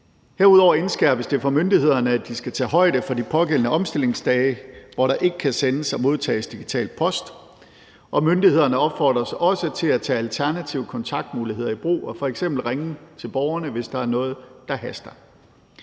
Herudover indskærpes det over for myndighederne, at de skal tage højde for de pågældende omstillingsdage, hvor der ikke kan sendes og modtages digital post. Og myndighederne opfordres også til at tage alternative kontaktmuligheder i brug og f.eks. ringe til borgerne, hvis der er noget, der haster.